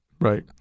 Right